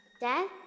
Dad